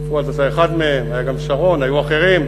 פואד, אתה אחד מהם, היה גם שרון, היו אחרים,